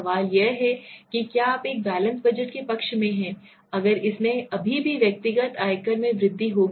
सवाल यह है कि क्या आप एक बैलेंस बजट के पक्ष में हैं अगर इसमें अभी भी व्यक्तिगत आयकर में वृद्धि होगी